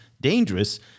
dangerous